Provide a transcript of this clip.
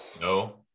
No